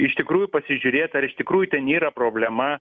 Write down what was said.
iš tikrųjų pasižiūrėt ar iš tikrųjų ten yra problema